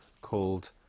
called